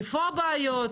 איפה הבעיות,